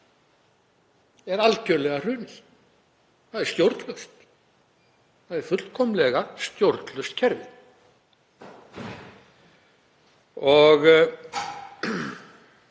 er algerlega hrunið. Það er stjórnlaust. Það er fullkomlega stjórnlaust kerfi.